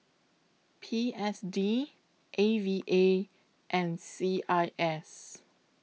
P S D A V A and C I S